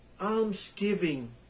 almsgiving